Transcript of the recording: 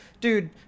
Dude